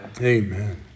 Amen